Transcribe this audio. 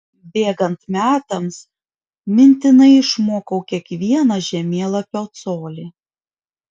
bėgant metams mintinai išmokau kiekvieną žemėlapio colį